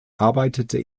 arbeitete